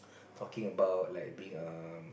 talking about like being a